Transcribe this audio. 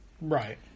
Right